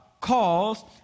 calls